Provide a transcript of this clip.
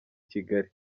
kigali